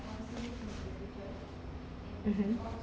mmhmm